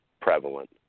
prevalent